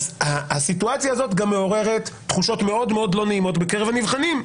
והסיטואציה הזאת מעוררת תחושות מאוד לא נעימות בקרב הנבחנים.